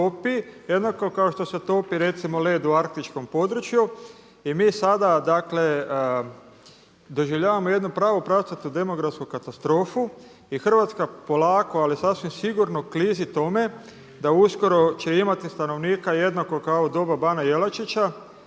jednako kao što se topi recimo led u arktičkom području i mi sada dakle doživljavamo jednu pravu pravcatu demografsku katastrofu i Hrvatska polako ali sasvim sigurno klizi tome da uskoro će imati stanovnika jednako kao u doba bana Jelačića.